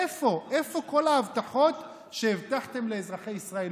איפה כל ההבטחות שהבטחתם לאזרחי ישראל?